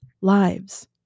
lives